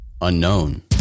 Unknown